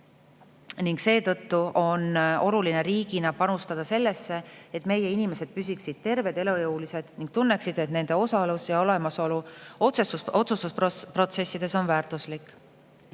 ning seetõttu on riigina oluline panustada sellesse, et meie inimesed püsiksid terved ja elujõulised ning tunneksid, et nende osalus ja olemasolu otsustusprotsessides on väärtuslik.